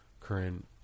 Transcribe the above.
current